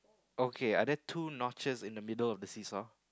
okay are there two notches in the middle of the see saw